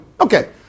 Okay